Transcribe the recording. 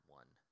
one